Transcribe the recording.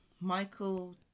Michael